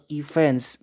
events